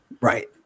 right